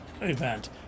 event